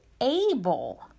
able